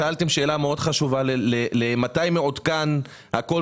שאלתם שאלה מאוד חשובה למתי מעודכן הקול